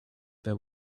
there